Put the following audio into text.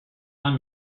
saint